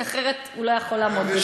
כי אחרת הוא לא היה יכול לעמוד בזה.